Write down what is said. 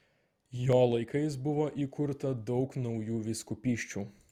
jo laikais buvo įkurta daug naujų vyskupysčių